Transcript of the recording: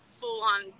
full-on